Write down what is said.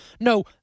No